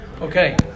Okay